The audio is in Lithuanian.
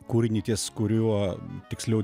kūrinį ties kuriuo tiksliau